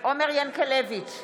עומר ינקלביץ'